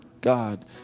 God